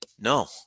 No